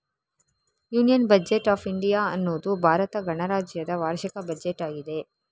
union budget of India ಅನ್ನುದು ಭಾರತ ಗಣರಾಜ್ಯದ ವಾರ್ಷಿಕ ಬಜೆಟ್ ಆಗಿದೆ